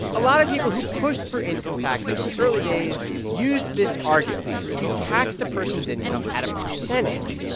a lot of people who pushed for income taxes in the early days used this argument. if you taxed a person's income at a percentage,